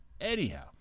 anyhow